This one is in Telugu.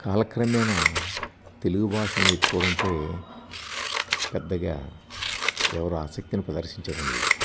కాలక్రమేణ తెలుగు భాష నేర్చుకోవడం పో పెద్దగా ఎవరు ఆసక్తిని ప్రదర్శించడం లేదు